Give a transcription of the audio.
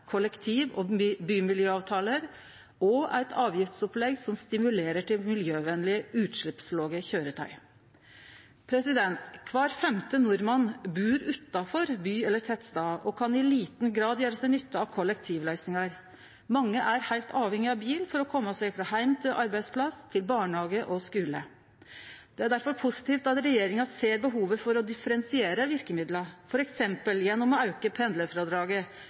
kollektiv- og bymiljøavtaler og eit avgiftsopplegg som stimulerer til miljøvenlege utsleppslåge køyretøy. Kvar femte nordmann bur utanfor by eller tettstad og kan i liten grad gjere seg nytte av kollektivløysingar. Mange er heilt avhengige av bil for å kome seg frå heim til arbeidsplass, til barnehage og skule. Det er difor positivt at regjeringa ser behovet for å differensiere verkemidla, f.eks. gjennom å auke